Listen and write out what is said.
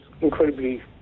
incredibly